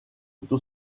auto